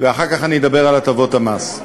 ואחר כך אני אדבר על הטבות המס.